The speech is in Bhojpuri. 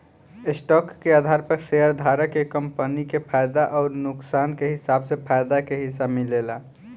स्टॉक के आधार पर शेयरधारक के कंपनी के फायदा अउर नुकसान के हिसाब से फायदा के हिस्सा मिलेला